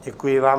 Děkuji vám.